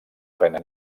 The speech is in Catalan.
pena